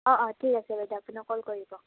অঁ অঁ ঠিক আছে বাইদেউ আপুনি ক'ল কৰিব